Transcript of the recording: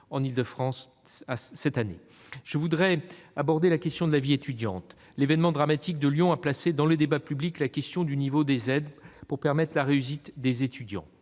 en Île-de-France cette année. Je voudrais maintenant aborder la question de la vie étudiante. L'événement dramatique de Lyon a placé dans le débat public la question du niveau des aides pour permettre la réussite des étudiants,